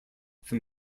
from